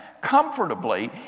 comfortably